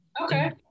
Okay